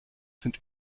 sind